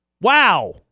wow